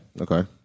Okay